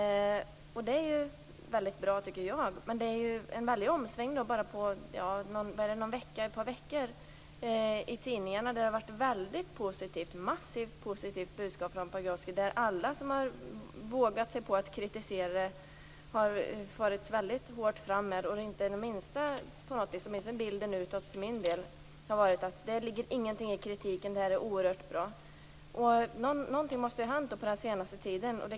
Det är ju väldigt bra, tycker jag, men det är en väldig omsvängning på bara ett par veckor. I tidningarna har budskapet från Pagrotsky varit väldigt positivt, och han har farit väldigt hårt fram med alla som har vågat sig på att kritisera det här. Bilden utåt, åtminstone som jag har uppfattat den, har varit att det inte ligger någonting i kritiken och att det här är oerhört bra. Någonting måste då ha hänt den senaste tiden.